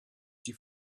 die